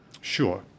Sure